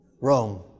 Rome